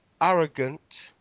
arrogant